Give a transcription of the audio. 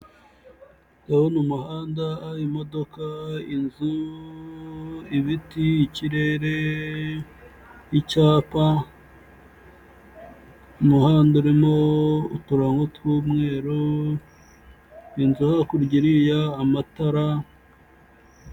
Ndabona umuhanda, imodoka, inzu, ibiti, ikirere, icyapa, umuhanda urimo uturango tw'umweru, inzu hakurya iriya, amatara.